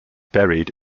buried